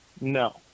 No